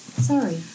Sorry